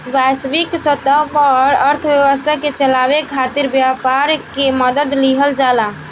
वैश्विक स्तर पर अर्थव्यवस्था के चलावे खातिर व्यापार के मदद लिहल जाला